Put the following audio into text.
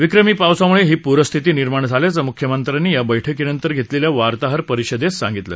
विक्रमी पावसामुळे ही पूरस्थिती निर्माण झाल्याचं मुख्यमंत्र्यांनी या बैठकीनंतर घेतलेल्या वार्ताहर परिषदेत सांगितलं